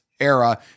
era